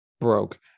broke